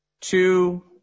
Two